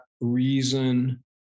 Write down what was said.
reason